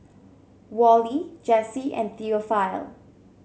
Wally Jesse and Theophile